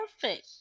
perfect